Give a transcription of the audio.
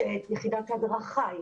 יש את יחידת ההדרכה,